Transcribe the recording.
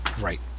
Right